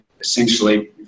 essentially